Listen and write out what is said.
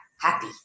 happy